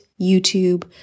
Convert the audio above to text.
YouTube